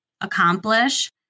accomplish